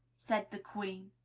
said the queen.